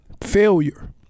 failure